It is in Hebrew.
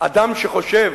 אדם שחושב